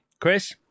Chris